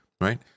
right